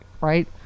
right